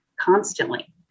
constantly